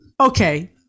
Okay